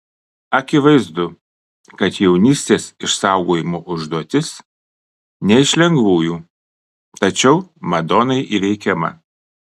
akivaizdu kad jaunystės išsaugojimo užduotis ne iš lengvųjų tačiau madonai įveikiama